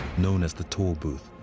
known as the tollbooth.